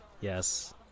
Yes